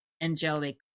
angelic